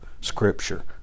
Scripture